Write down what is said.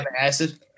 acid